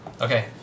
Okay